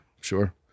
sure